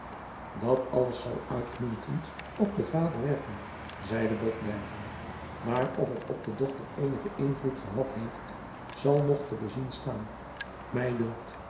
dat alles zal uitmuntend op den vader werjacob van lennep de pleegzoon ken zeide botbergen maar of het op de dochter eenigen invloed gehad heeft zal nog te bezien staan mij dunkt